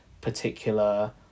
particular